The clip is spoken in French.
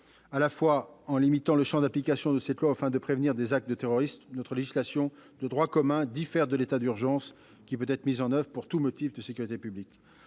présider. En limitant le champ d'application de cette loi aux fins de prévenir des actes terroristes, notre législation de droit commun diffère de l'état d'urgence, lequel peut être instauré pour tout motif de sécurité publique.